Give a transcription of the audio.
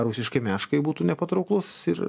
rusiškai meškai būtų nepatrauklus ir